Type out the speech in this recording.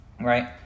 right